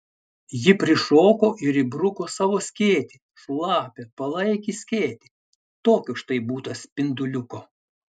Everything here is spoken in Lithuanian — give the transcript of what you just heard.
ji prišoko ir įbruko savo skėtį šlapią palaikį skėtį tokio štai būta spinduliuko